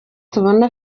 tubona